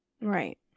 Right